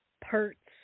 parts